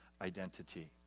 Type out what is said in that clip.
identity